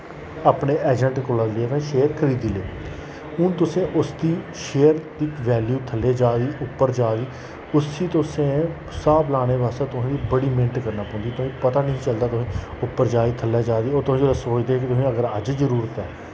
अपने एजेंट कोला ले शेयर खरीदे ले हून तुसें उसदी शेयर दी वैलयू थल्ले जा दी उप्पर जा दी उस्सी तुसें स्हाब लाने वास्तै तोहें गी बड़ी मेह्नत करनी पौंदी तोहें गी पता नेईं हा चलदा तोहें उप्पर जा दी थल्ले जा दी और तुस जोल्ले तुस सोचदे के तुसें अगर अज जरुरत ऐ